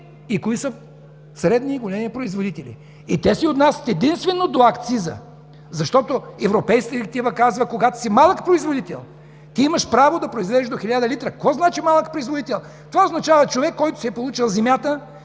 и кои са средни и големи производители. Те се отнасят единствено до акциза. Европейската директива казва, че когато си малък производител, имаш право да произвеждаш до 1000 литра. Какво значи „малък производител“? Това означава човек, който си е получил земята,